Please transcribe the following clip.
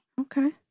Okay